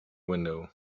window